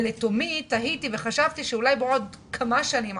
ולתומי תהיתי וחשבתי שאולי בעוד כמה שנים,